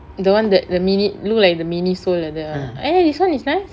the one that the mini look like the miniso like that [one] eh this one is nice